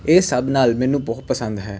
ਇਹ ਸਭ ਨਾਲ ਮੈਨੂੰ ਬਹੁਤ ਪਸੰਦ ਹੈ